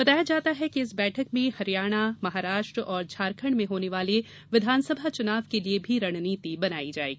बताया जाता है कि इस बैठक में हरियाणा महाराष्ट्र और झारखण्ड में होने वाले विधानसभा चुनाव के लिए भी रणनीति बनाई जायेगी